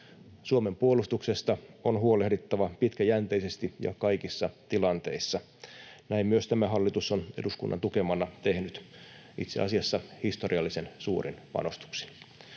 Suomen puolustuksesta on huolehdittava pitkäjänteisesti ja kaikissa tilanteissa. Näin myös tämä hallitus on eduskunnan tukemana tehnyt itse asiassa historiallisen suurin panostuksin.